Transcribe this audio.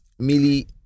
Millie